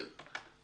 אין.